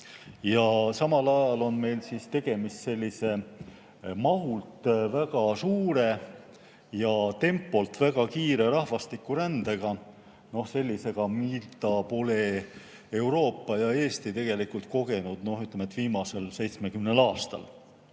Samal ajal on meil tegemist sellise mahult väga suure ja tempolt väga kiire rahvastikurändega – sellisega, mida pole Euroopa, [sealhulgas] Eesti tegelikult kogenud, ütleme, viimasel 70 aastal.